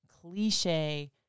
cliche